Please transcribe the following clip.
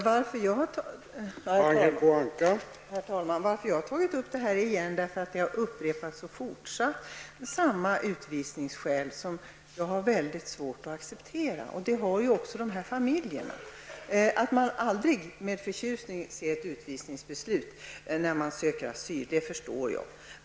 Herr talman! Jag har återigen tagit upp denna fråga, eftersom samma utvisningsskäl har upprepats, utvisningsskäl som jag, liksom dessa familjer, har väldigt svårt att acceptera. Jag förstår att man aldrig med förtjusning tar emot ett beslut om utvisning när man ansöker om asyl.